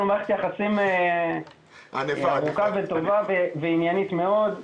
מערכת יחסים ארוכה וטובה ועניינית מאוד.